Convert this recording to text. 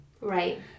Right